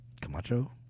Camacho